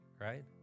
right